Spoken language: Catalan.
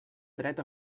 dret